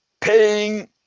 paying